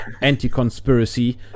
anti-conspiracy